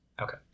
Okay